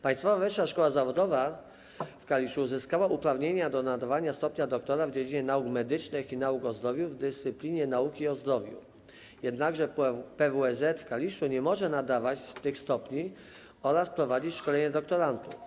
Państwowa Wyższa Szkoła Zawodowa w Kaliszu zyskała uprawnienia do nadawania stopnia doktora w dziedzinie nauk medycznych i nauk o zdrowiu w dyscyplinie nauki o zdrowiu, jednak PWSZ w Kaliszu nie może nadawać tych stopni oraz prowadzić szkoleń doktorantów.